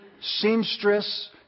seamstress